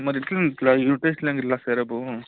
మరి ఇలా ఎలా యూనిట్ టెస్ట్ రాశారు